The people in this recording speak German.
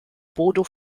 bodo